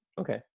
Okay